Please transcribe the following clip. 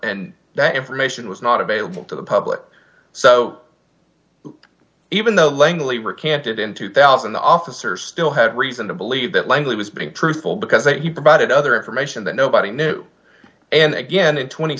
and that information was not available to the public so even though langley recanted in two thousand the officers still had reason to believe that langley was being truthful because that he provided other information that nobody knew and again in tw